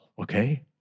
okay